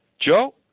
joe